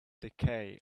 decay